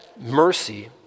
mercy